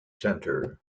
center